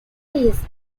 his